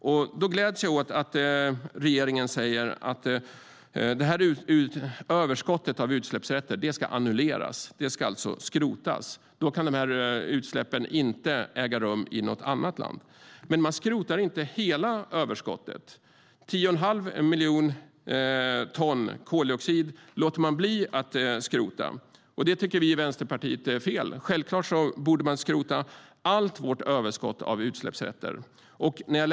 Jag gläds åt att regeringen säger att överskottet av utsläppsrätter ska annulleras, alltså skrotas. Då kan utsläppen inte äga rum i något annat land. Man skrotar dock inte hela överskottet. 10 1⁄2 miljon ton koldioxid låter man bli att skrota. Det tycker Vänsterpartiet är fel. Självklart borde hela vårt överskott av utsläppsrätter skrotas.